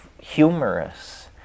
humorous